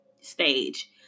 stage